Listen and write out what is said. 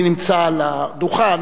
הייתי במאות דיונים כאלה עם חיילים.